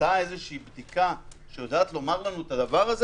נעשתה בדיקה שיודעת לומר לנו את זה?